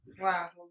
Wow